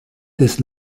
des